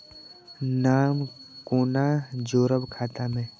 नाम कोना जोरब खाता मे